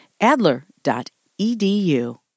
Adler.edu